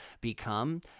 become